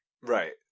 Right